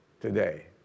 today